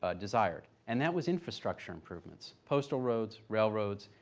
ah desired and that was infrastructure improvements. postal roads, railroads,